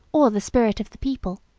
or the spirit of the people,